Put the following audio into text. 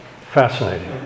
Fascinating